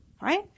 Right